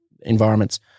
environments